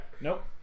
Nope